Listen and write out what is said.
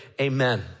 amen